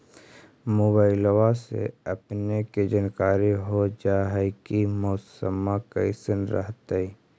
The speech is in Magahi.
मोबाईलबा से अपने के जानकारी हो जा है की मौसमा कैसन रहतय?